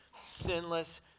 sinless